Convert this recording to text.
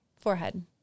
forehead